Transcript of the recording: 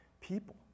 people